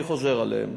אני חוזר עליהם: